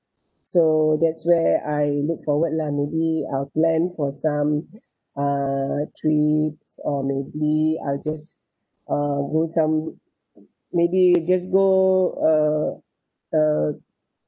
so that's where I look forward lah maybe I'll plan for some uh treats or maybe I'll just uh go some maybe just go uh